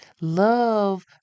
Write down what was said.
Love